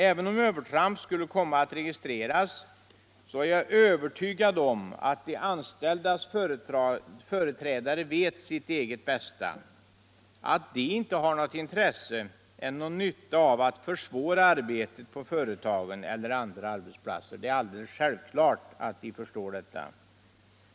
Även om övertramp skulle komma att registreras, är jag övertygad om att de anställdas företrädare vet sitt eget bästa, dvs. att de inte har något intresse eller någon nytta av att försvåra arbetet på företagen eller andra arbetsplatser. Det är alldeles självklart att de förstår detta.